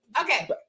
Okay